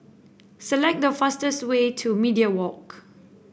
select the fastest way to Media Walk